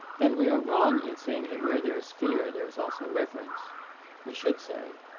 then we are wrong in saying that where there is fear there is also reverence we should say,